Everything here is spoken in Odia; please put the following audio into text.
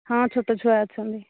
ହଁ ଛୋଟ ଛୁଆ ଅଛନ୍ତି